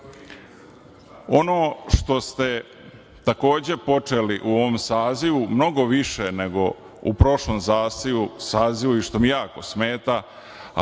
što ste takođe počeli u ovom sazivu, mnogo više nego u prošlom sazivu i što mi jako smeta,